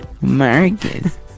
Marcus